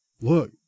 look